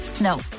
No